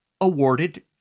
awarded